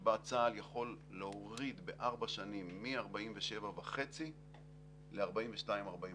שבה צה"ל יכול להוריד בארבע שנים מ-47.5 ל-42 ול-43.